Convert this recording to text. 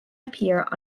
appear